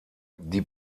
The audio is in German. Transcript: die